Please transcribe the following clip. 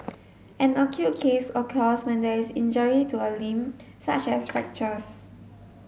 an acute case occurs when there is injury to a limb such as fractures